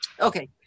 Okay